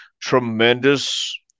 tremendous